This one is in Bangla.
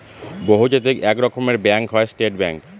বহুজাতিক এক রকমের ব্যাঙ্ক হয় স্টেট ব্যাঙ্ক